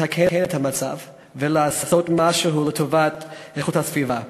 לתקן את המצב ולעשות משהו לטובת איכות הסביבה.